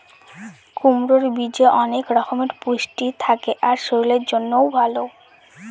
কুমড়োর বীজে অনেক রকমের পুষ্টি থাকে আর শরীরের জন্যও ভালো